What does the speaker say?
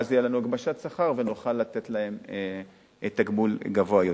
ואז תהיה לנו הגמשת שכר ונוכל לתת להם תגמול גבוה יותר.